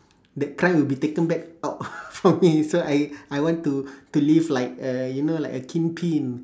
that crime will be taken back out from me so I I want to to live like a you know like a kingpin